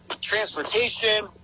Transportation